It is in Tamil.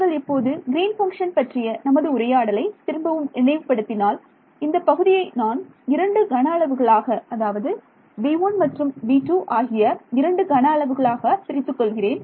நீங்கள் இப்போது கிரீன் பங்க்ஷன் பற்றிய நமது உரையாடலை திரும்பவும் நினைவு படுத்தினால் இந்த பகுதியை நான் இரண்டு கன அளவுகளாக அதாவது V1 மற்றும் V2 ஆகிய இரண்டு கன அளவுகளாக பிரித்துக் கொள்கிறேன்